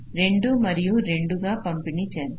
2 మరియు 2 గా పంపిణీ చేద్దాం